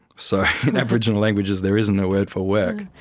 so in aboriginal languages there is no word for work.